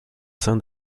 sein